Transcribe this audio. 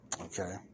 Okay